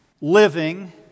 living